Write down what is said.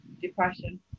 depression